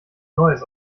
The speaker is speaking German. neues